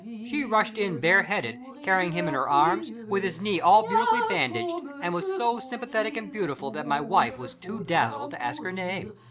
she rushed in bareheaded, carrying him in her arms, with his knee all beautifully bandaged, and was so sympathetic and beautiful that my wife was too dazzled to ask her name.